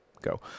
go